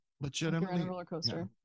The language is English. Legitimately